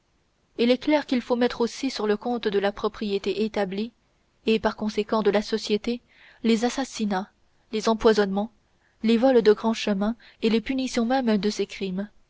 il est clair qu'il faut mettre aussi sur le compte de la propriété établie et par conséquent de la société les assassinats les empoisonnements les vols de grands chemins et les punitions mêmes de ces crimes